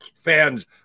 fans